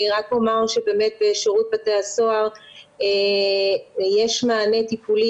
אני רק אומר שבאמת בשירות בתי הסוהר יש מענה טיפולי